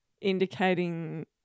indicating